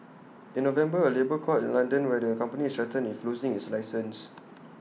in November A labour court in London where the company is threatened with losing its license